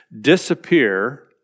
disappear